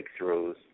breakthroughs